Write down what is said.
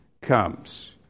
comes